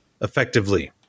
effectively